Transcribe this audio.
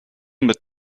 mit